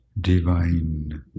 Divine